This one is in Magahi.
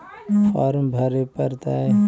फार्म भरे परतय?